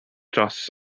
dros